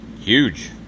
huge